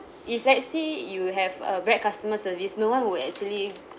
if let's say you have a bad customer service no one will actually